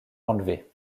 enlevé